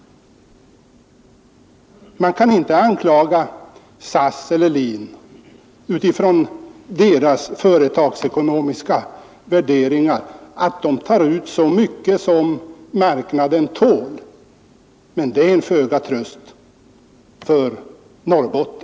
Man kan inte anklaga SAS eller LIN för att de utifrån sina företagsekonomiska värderingar tar ut så mycket som marknaden tål, men det är en ringa tröst för Norrbotten.